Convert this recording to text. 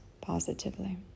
positively